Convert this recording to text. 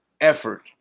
effort